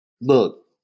look